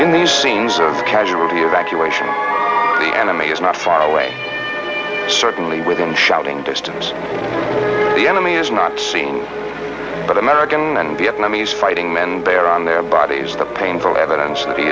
in the scenes of casualty of actuation enemy is not far away certainly within shouting distance the enemy is not seen but american and vietnamese fighting men they are on their bodies the painful evidence that he